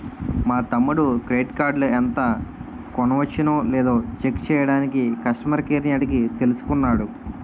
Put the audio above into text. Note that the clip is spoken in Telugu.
మా తమ్ముడు క్రెడిట్ కార్డులో ఎంత కొనవచ్చునో లేదో చెక్ చెయ్యడానికి కష్టమర్ కేర్ ని అడిగి తెలుసుకున్నాడు